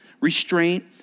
restraint